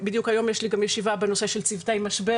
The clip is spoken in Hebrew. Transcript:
ובדיוק היום יש לי גם ישיבה בנושא של צוותי משבר